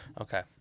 Okay